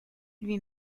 lui